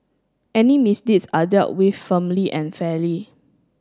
any misdeeds are dealt with firmly and fairly